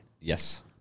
Yes